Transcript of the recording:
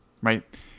right